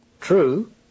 True